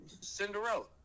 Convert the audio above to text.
Cinderella